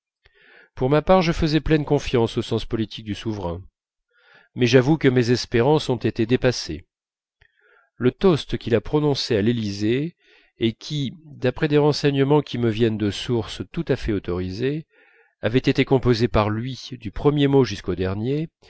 pour ma part je faisais pleine confiance au sens politique du souverain mais j'avoue que mes espérances ont été dépassées le toast qu'il a prononcé à l'élysée et qui d'après des renseignements qui me viennent de source tout à fait autorisée avait été composé par lui du premier mot jusqu'au dernier